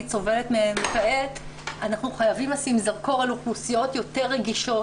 סובלת מהן כעת אנחנו חייבים לשים זרקו על אוכלוסיות יותר רגישות